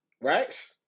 Right